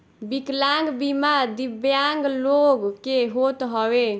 विकलांग बीमा दिव्यांग लोग के होत हवे